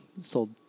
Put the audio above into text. sold